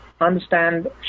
understand